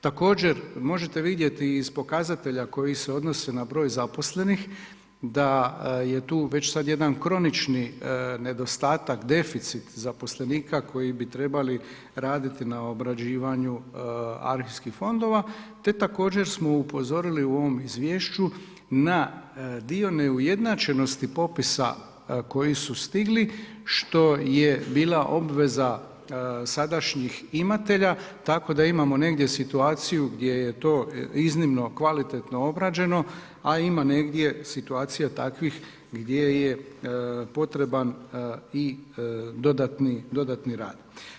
Također možete vidjeti iz pokazatelja koji se odnose na broj zaposlenih da je tu već sad jedan kronični nedostatak, deficit zaposlenika koji bi trebali raditi na obrađivanju arhivskih fondova te također smo upozorili u ovom izvješću na dio neujednačenosti popisa koji su stigli što je bila obveza sadašnjih imatelja, tako da imamo negdje situaciju gdje je to iznimno kvalitetno obrađeno, a ima negdje situacija takvih gdje je potreban i dodatni rad.